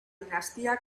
dinastía